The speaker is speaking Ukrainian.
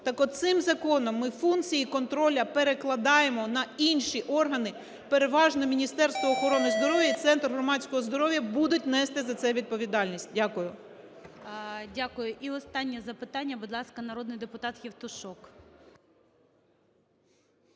Так от, цим законом ми функції контролю перекладаємо на інші органи, переважно Міністерство охорони здоров'я і Центр громадського здоров'я будуть нести за це відповідальність. Дякую. ГОЛОВУЮЧИЙ. Дякую. І останнє запитання, будь ласка, народний депутат Євтушок.